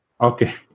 Okay